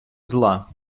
зла